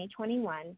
2021